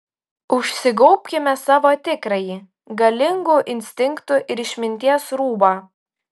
užsigaubkime savo tikrąjį galingų instinktų ir išminties rūbą